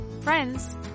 friends